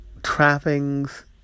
Trappings